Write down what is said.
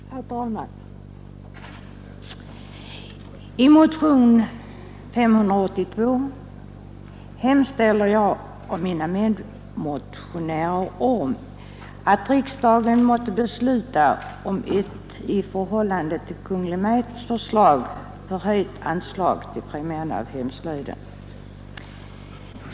Herr talman! I motionen 582 hemställer jag och mina medmotionärer att riksdagen måtte besluta om ett i förhållande till Kungl. Maj:ts förslag förhöjt anslag till främjande av hemslöjden.